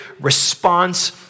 response